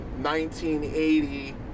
1980